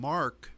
Mark